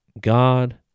God